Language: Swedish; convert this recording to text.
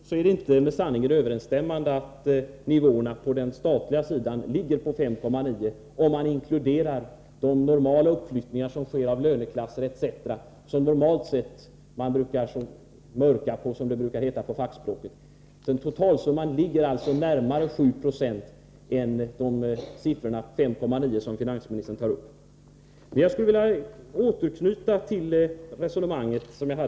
Herr talman! Först vill jag framhålla att det inte är med sanningen överensstämmande att nivåerna på den statliga sidan ligger på 5,9 70, om man inkluderar de normala uppflyttningar som sker av löneklasser och annat som man normalt ”mörkar på” — som det brukar heta på fackspråk. Totalsumman ligger alltså närmare 7 Yo än siffran 5,9 20 som finansministern nämner. Jag skulle vilja återknyta till tidigare resonemang.